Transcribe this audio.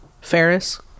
Ferris